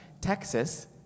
Texas